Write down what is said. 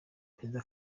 perezida